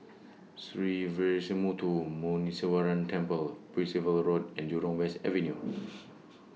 Sree Veeramuthu Muneeswaran Temple Percival Road and Jurong West Avenue